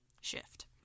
shift